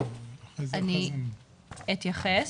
אני אתייחס.